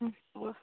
অঁ হ'ব